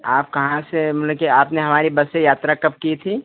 आप कहाँ से मतलब कि आपने हमारी बस से यात्रा कब की थी